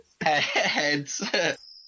Heads